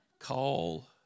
call